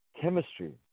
chemistry